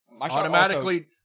automatically